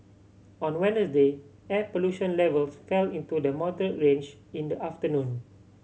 on Wednesday air pollution levels fell into the modern range in the afternoon